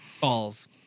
Balls